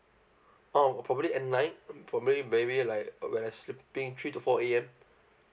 oh probably at night probably maybe like when I sleeping three to four A_M